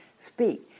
speak